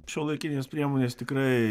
šiuolaikinės priemonės tikrai